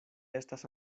estas